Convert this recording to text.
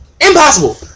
Impossible